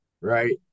Right